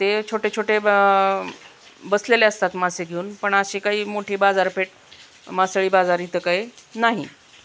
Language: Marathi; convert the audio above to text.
ते छोटे छोटे बा बसलेले असतात मासे घेऊन पण अशीे काही मोठी बाजारपेठ मासाळी बाजारी इथं काही नाही